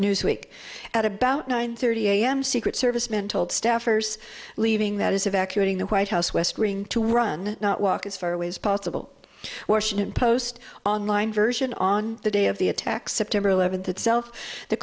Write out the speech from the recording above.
newsweek at about nine thirty a m secret service men told staffers leaving that is evacuating the white house west wing to run not walk as far away as possible washington post online version on the day of the attack september eleventh itself the